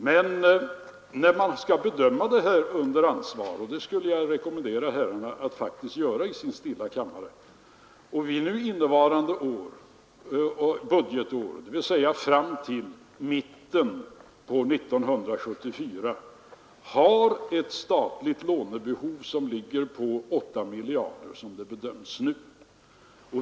Men när man skall bedöma det här under ansvar — och det skulle jag faktiskt vilja rekommendera herrarna att göra i sin stilla kammare — måste man ta hänsyn till att vi under innevarande budgetår, dvs. fram till mitten av 1974, har ett statligt lånebehov som nu bedöms ligga på 8 miljarder.